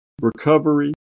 recovery